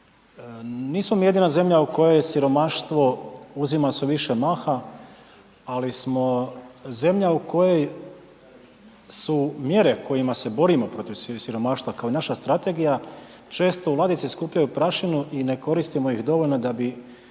Nismo mi jedina zemlja u kojoj siromaštvo uzima sve više maha, ali smo zemlja u kojoj su mjere kojima se borimo protiv siromaštva kao i naša strategija često u ladici skupljaju prašinu i ne koristimo ih dovoljno da bi